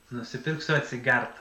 nusipirksiu atsigert